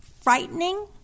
frightening